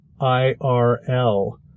I-R-L